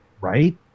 Right